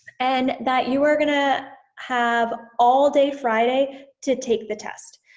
and that you were gonna have all day friday to take the test.